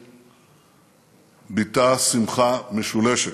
ביטא שמחה משולשת: